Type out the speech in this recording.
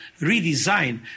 redesign